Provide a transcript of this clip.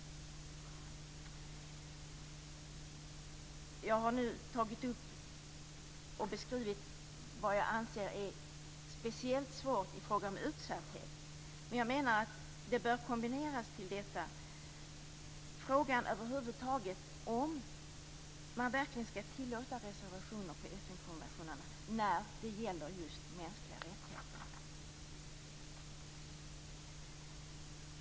Jag har nu tagit upp och beskrivit vad jag anser är speciellt svårt i fråga om utsatthet. Men jag menar att detta bör kombineras till en fråga om man över huvud taget skall tillåta reservationer till FN-konventionerna när det gäller just mänskliga rättigheter.